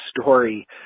story